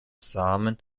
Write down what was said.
samen